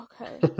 Okay